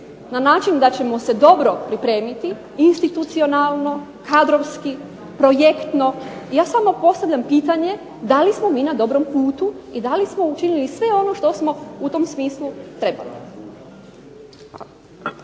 na način da ćemo se dobro pripremiti institucionalno, kadrovski, projektno. Ja samo postavljam pitanje da li smo mi na dobrom putu i da li smo učinili sve ono što smo u tom smislu trebali?